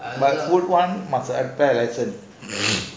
but the foot one must have lesson